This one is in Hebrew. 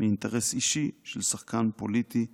באינטרס אישי של שחקן פוליטי מסוים.